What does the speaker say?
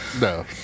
No